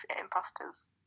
imposters